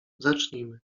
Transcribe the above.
zacznijmy